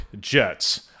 jets